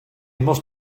must